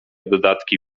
dodatki